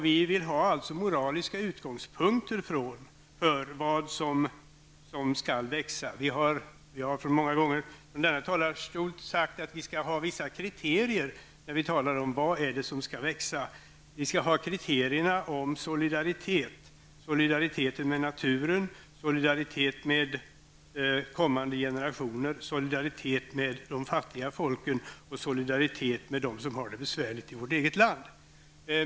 Vi vill ha moraliska utgångspunkter för vad som skall växa. Vi har många gånger från denna talarstol sagt att det skall vara vissa kriterier när vi talar om vad som skall växa. Vi skall ha kriterier som solidaritet med naturen, solidaritet med kommande generationer, solidaritet med de fattiga folken och solidaritet med dem som har det besvärligt i vårt eget land.